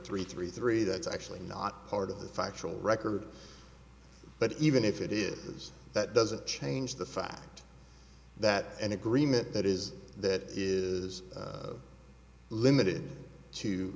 three three three that's actually not part of the factual record but even if it is that doesn't change the fact that an agreement that is that is limited to